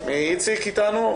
איציק אתנו?